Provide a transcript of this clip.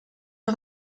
der